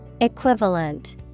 Equivalent